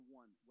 one